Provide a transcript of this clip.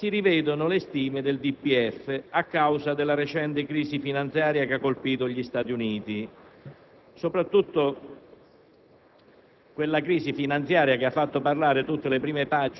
Ora, nella relazione che accompagna la Nota si rivedono le stime del DPEF a causa della recente crisi finanziaria che ha colpito gli Stati Uniti, la